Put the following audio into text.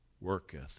worketh